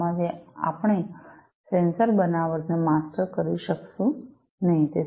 આમાંથી આપણે સેન્સર બનાવટને માસ્ટર કરી શકશું નહીં